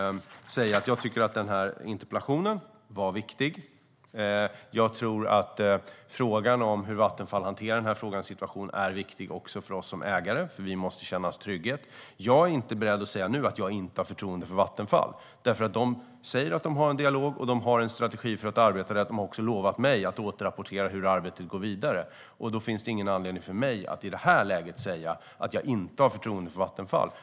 Jag tycker att den här interpellationen är viktig. Frågan om hur Vattenfall hanterar denna situation är viktig också för oss som ägare, eftersom vi måste känna trygghet. Jag är nu inte beredd att säga att jag inte har förtroende för Vattenfall. De säger att de för en dialog, och de har en strategi för att arbeta. De har också lovat mig att återrapportera hur arbetet går vidare. Då finns det ingen anledning för mig att i detta läge säga att jag inte har förtroende för Vattenfall.